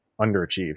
underachieved